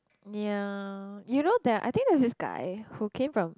ya you know there I think there's this guy who came from